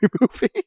movie